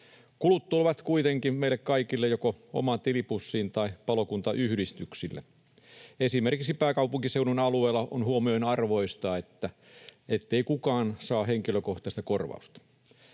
Kulut tulevat kuitenkin meille kaikille joko omaan tilipussiin tai palokuntayhdistyksille. Esimerkiksi pääkaupunkiseudun alueella on huomionarvoista, ettei kukaan saa henkilökohtaista korvausta.